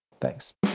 Thanks